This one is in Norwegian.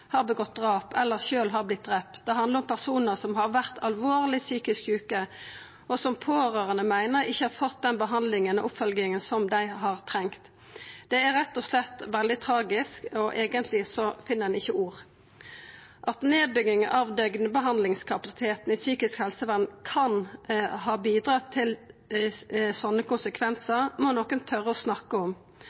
har utført drap eller sjølv har vorte drepen. Det handlar om personar som har vore alvorleg psykisk sjuke, og som pårørande meiner ikkje har fått den behandlinga og oppfølginga som dei har trunge. Det er rett og slett veldig tragisk, og eigentleg finn ein ikkje ord. At nedbygginga av døgnbehandlingskapasiteten i psykisk helsevern kan ha bidratt til sånne konsekvensar, må nokon tora å snakka om.